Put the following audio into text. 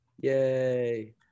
Yay